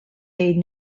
day